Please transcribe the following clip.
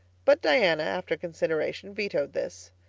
but diana, after consideration, vetoed this.